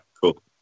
cool